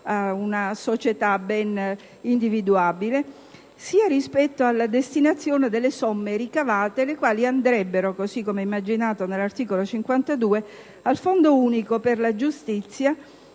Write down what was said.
una società ben individuabile - sia rispetto alla destinazione delle somme ricavate, le quali andrebbero, così come immaginato nel comma 52, al Fondo unico per la giustizia,